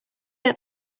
get